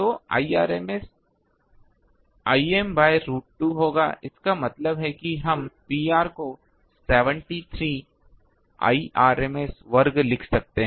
तो Irms Im by root 2 होगा इसका मतलब है हम Pr को 73 Irms वर्ग लिख सकते हैं